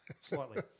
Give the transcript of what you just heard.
slightly